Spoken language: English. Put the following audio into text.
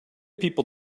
people